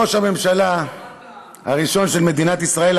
ראש הממשלה הראשון של מדינת ישראל,